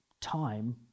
time